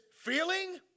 feeling